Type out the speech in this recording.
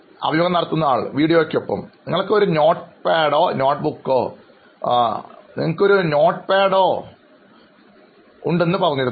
അഭിമുഖം നടത്തുന്നയാൾ വീഡിയോയ്ക്കൊപ്പം നിങ്ങൾക്ക് ഒരു നോട്ട്പാഡോ നോട്ട് ബുക്ക് ഉണ്ടായിരുന്നു എന്നു പറഞ്ഞിരുന്നു